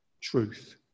truth